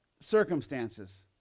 circumstances